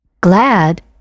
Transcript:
Glad